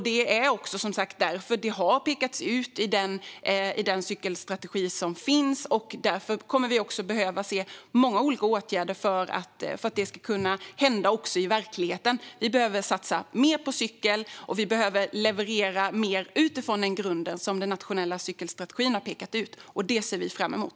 Det är som sagt därför detta har pekats ut i den cykelstrategi som finns. Därför kommer vi också att behöva vidta många olika åtgärder för att det ska kunna hända i verkligheten. Vi behöver satsa mer på cykel, och vi behöver leverera mer utifrån den grund som den nationella cykelstrategin har pekat ut. Det ser vi fram emot.